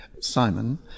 Simon